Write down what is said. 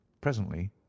presently